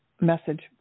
message